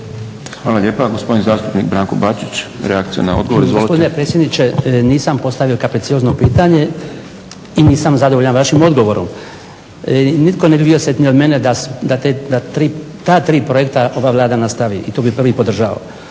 Hvala lijepa. Gospodin zastupnik Branko Bačić reakcija na odgovor. Izvolite. **Bačić, Branko (HDZ)** Gospodine predsjedniče, nisam postavio kapriciozno pitanje i nisam zadovoljan vašim odgovorom. Nitko ne bi bio sretniji od mene da ta tri projekta ova Vlada nastavi i tu bi prvi podržao.